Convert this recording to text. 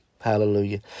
Hallelujah